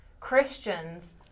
christians